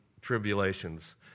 tribulations